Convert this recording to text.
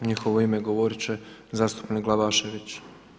U njihovo ime govorit će zastupnik Glavašević.